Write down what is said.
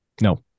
No